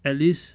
at least